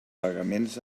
pagaments